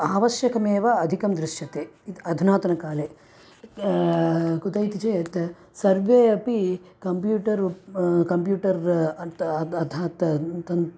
आवश्यकमेव अधिकं दृश्यते इत् अधुनातनकाले कुतः इति चेत्त् सर्वे अपि कम्प्यूटर् उप् कम्प्यूटर् अत्ता अद् अथत् तन् तन्